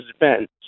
defense